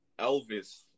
Elvis